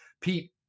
Pete